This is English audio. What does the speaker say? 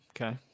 Okay